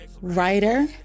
Writer